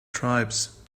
tribes